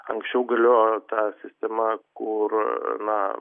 anksčiau galiojo ta sistema kur na